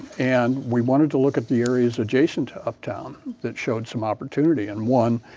and we wanted to look at the areas adjacent to uptown that showed some opportunity and, one,